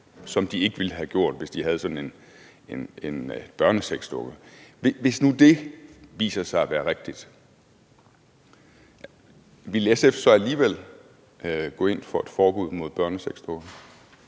de ikke ville have gjort, hvis de havde haft en børnesexdukke. Hvis nu det viser sig at være rigtigt, vil SF så alligevel gå ind for et forbud mod børnesexdukker?